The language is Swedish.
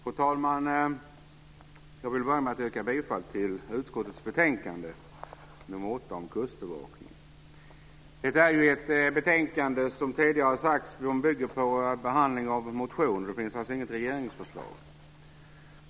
Fru talman! Jag vill börja med att yrka bifall till förslaget till beslut i försvarsutskottets betänkande nr Som tidigare har sagts är det ett betänkande som bygger på behandling av motioner. Det finns alltså inget regeringsförslag.